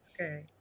Okay